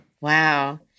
Wow